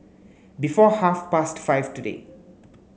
before half past five today